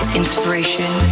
inspiration